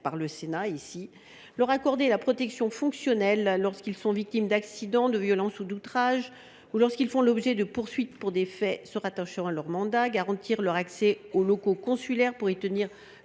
par le Sénat depuis 2013, leur accorder la protection fonctionnelle lorsqu’ils sont victimes d’accidents, de violences ou d’outrages ou lorsqu’ils font l’objet de poursuites pour des faits se rattachant à leur mandat, garantir leur accès aux locaux consulaires pour y tenir